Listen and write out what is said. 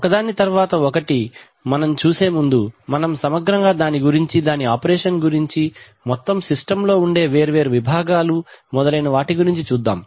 ఒకదాని తర్వాత ఒకటి మనం చూసే ముందు మనం సమగ్రంగా దాని గురించి దాని ఆపరేషన్ గురించి మొత్తం సిస్టం లో ఉండే వేర్వేరు విభాగాల మొదలైన వాటి గురించి చూద్దాం